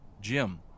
Jim